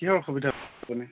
কিহৰ অসুবিধা আপুনি